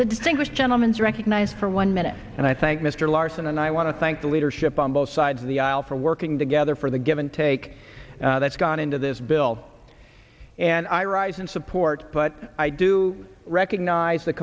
the distinguished gentleman is recognized for one minute and i thank mr larsen and i want to thank the leadership on both sides of the aisle for working together for the give and take that's gone into this bill and i rise in support but i do recognize the